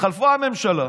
התחלפה הממשלה